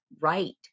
right